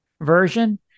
version